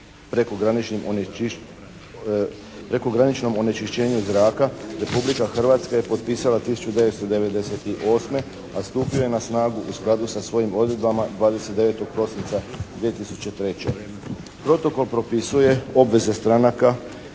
prekograničnom onečišćenju zraka Republika Hrvatska je potpisala 1998., a stupio je na snagu u skladu sa svojim odredbama 29. prosinca 2003. Protokol propisuje obveze stranaka